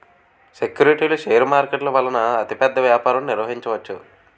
సెక్యూరిటీలు షేర్ మార్కెట్ల వలన అతిపెద్ద వ్యాపారం నిర్వహించవచ్చు